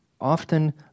often